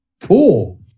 cool